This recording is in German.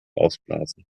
ausblasen